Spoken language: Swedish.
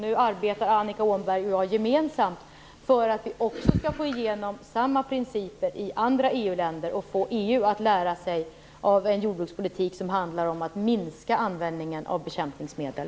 Nu arbetar Annika Åhnberg och jag gemensamt för att vi skall få igenom samma principer i andra EU-länder och för att få EU att lära sig av en jordbrukspolitik som handlar om att minska användningen av bekämpningsmedel.